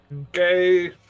okay